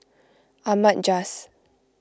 Ahmad Jais